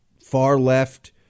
far-left